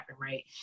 right